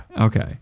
Okay